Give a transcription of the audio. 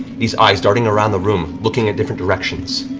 these eyes, darting around the room, looking at different directions,